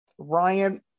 Ryan